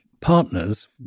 partners